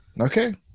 Okay